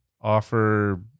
offer